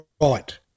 right